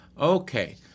Okay